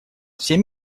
всем